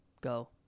go